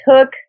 took